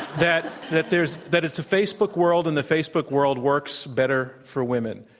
that that there is that it's a facebook world, and the facebook world works better for women